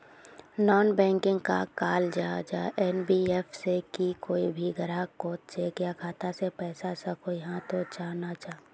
Non banking कहाक कहाल जाहा जाहा एन.बी.एफ.सी की कोई भी ग्राहक कोत चेक या खाता से पैसा सकोहो, हाँ तो चाँ ना चाँ?